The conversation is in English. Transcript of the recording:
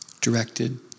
Directed